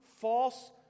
false